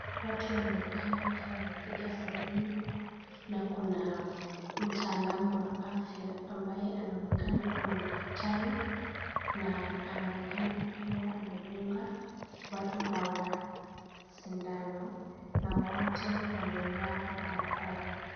Watu wanaonekana wakiwa wamepiga foleni. Na kuna mtaalamu wa afya ambaye anaonekana kuwa ni daktari. Na anaonekana akiwa anadunga watu hawa sindano na wote wamevaa barakoa.